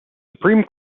supreme